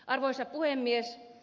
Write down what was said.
arvoisa puhemies